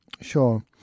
Sure